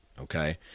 Okay